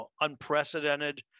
unprecedented